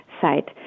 site